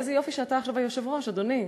איזה יופי שאתה עכשיו היושב-ראש, אדוני.